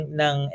ng